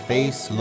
Face